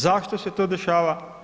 Zašto se to dešava?